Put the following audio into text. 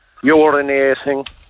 urinating